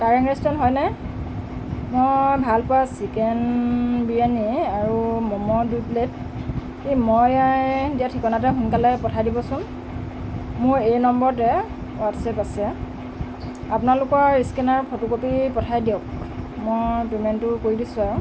কাৰেং restaurant হয়নে মই ভাল পোৱা চিকেন বিৰিয়ানী আৰু ম'ম' দুই প্লেট এই মই দিয়া ঠিকনাটোতে সোনকালে পঠাই দিবচোন মোৰ এই নম্বৰতে হোৱাটছএপ আছে আপোনালোকৰ স্কেনাৰৰ ফটো কপি পঠাই দিয়ক মই পেমেণ্টটো কৰি দিছোঁ আৰু